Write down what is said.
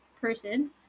person